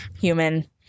human